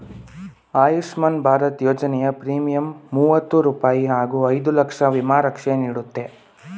ಆಯುಷ್ಮಾನ್ ಭಾರತ ಯೋಜನೆಯ ಪ್ರೀಮಿಯಂ ಮೂವತ್ತು ರೂಪಾಯಿ ಹಾಗೂ ಐದು ಲಕ್ಷ ವಿಮಾ ರಕ್ಷೆ ನೀಡುತ್ತೆ